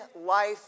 life